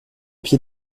pieds